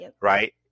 right